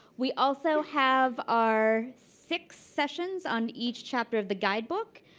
we also have our six sessions on each chapter of the guidebook.